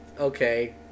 okay